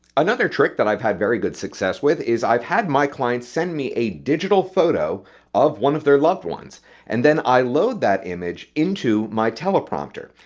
another trick that i've had very good success with is that i've had my clients send me a digital photo of one of their loved ones and then i load that image into my teleprompter.